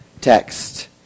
text